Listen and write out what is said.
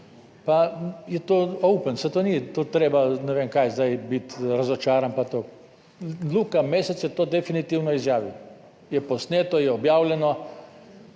pa je to open, saj to ni treba ne vem kaj, zdaj biti razočaran pa to. Luka Mesec je to definitivno izjavil: je posneto, je objavljeno.